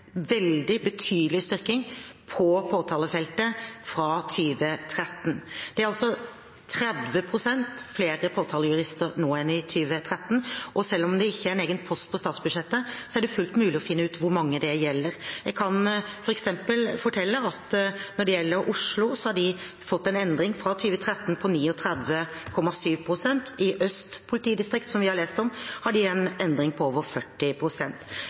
veldig betydelig styrking på påtalefeltet fra 2013. Det er 30 pst. flere påtalejurister nå enn i 2013, og selv om det ikke er en egen post på statsbudsjettet, er det fullt mulig å finne ut hvor mange det gjelder. Jeg kan f.eks. fortelle at Oslo har fått en endring fra 2013 på 35 pst. I Øst politidistrikt har de, som vi har lest om, en endring på over